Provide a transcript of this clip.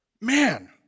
man